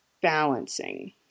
balancing